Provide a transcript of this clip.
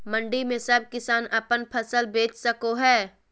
मंडी में सब किसान अपन फसल बेच सको है?